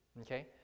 okay